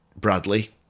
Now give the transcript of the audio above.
Bradley